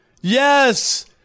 Yes